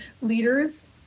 leaders